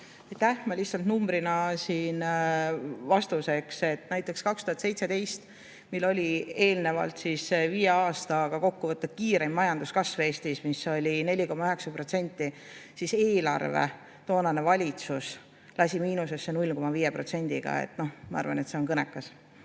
Lihtsalt numbrina siin vastuseks, et näiteks 2017, mil oli eelnevalt viie aasta kokkuvõttes kiireim majanduskasv Eestis, mis oli 4,9%, lasi toonane valitsus eelarve miinusesse 0,5%‑ga. Ma arvan, et see on kõnekas.